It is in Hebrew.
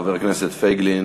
חבר הכנסת פייגלין,